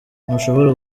ntushobora